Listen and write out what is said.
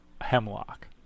hemlock